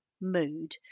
mood